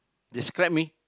describe me